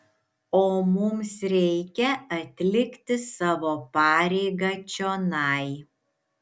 o mums reikia atlikti savo pareigą čionai